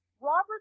Robert